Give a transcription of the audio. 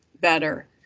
better